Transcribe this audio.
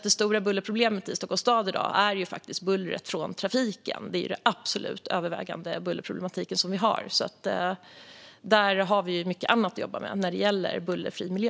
Det stora bullerproblemet i Stockholms stad i dag är faktiskt bullret från trafiken. Det är den absolut övervägande bullerproblematik vi har. Där har vi mycket annat att jobba med när det gäller bullerfri miljö.